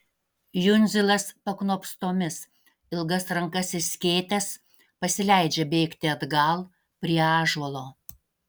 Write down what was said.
jundzilas paknopstomis ilgas rankas išskėtęs pasileidžia bėgti atgal prie ąžuolo